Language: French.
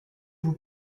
vous